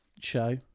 show